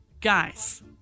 Guys